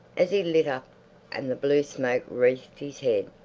as he lit up and the blue smoke wreathed his head,